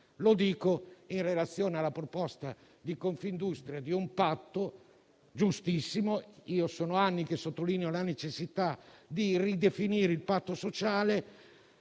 Lo dico in relazione alla proposta di Confindustria di un patto giustissimo (sono anni che sottolineo la necessità di ridefinire il patto sociale),